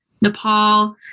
Nepal